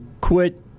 quit